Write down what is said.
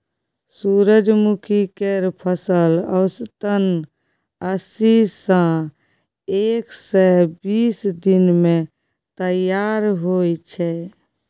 सूरजमुखी केर फसल औसतन अस्सी सँ एक सय बीस दिन मे तैयार होइ छै